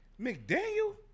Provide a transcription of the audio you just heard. McDaniel